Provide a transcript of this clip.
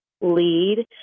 lead